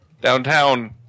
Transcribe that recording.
Downtown